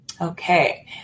Okay